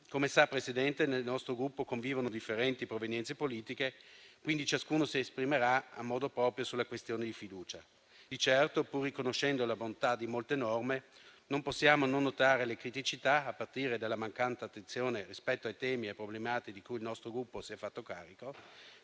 Come sa, Presidente, nel nostro Gruppo convivono differenti provenienze politiche e, quindi, ciascuno si esprimerà a modo proprio sulla questione di fiducia. Di certo, pur riconoscendo la bontà di molte norme, non possiamo non notare le criticità, a partire dalla mancata attenzione rispetto ai temi e alle problematiche di cui il nostro Gruppo si è fatto carico,